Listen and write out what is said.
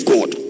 God